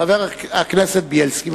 חבר הכנסת בילסקי.